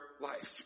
life